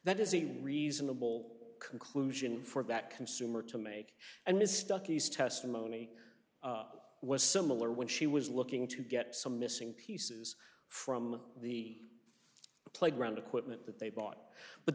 that is a reasonable conclusion for that consumer to make and his stuckey's testimony was similar when she was looking to get some missing pieces from the playground equipment that they bought but